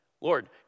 Lord